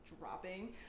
dropping